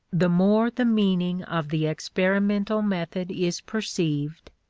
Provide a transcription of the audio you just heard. the more the meaning of the experimental method is perceived,